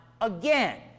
again